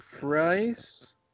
Price